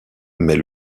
mais